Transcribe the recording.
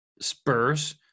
Spurs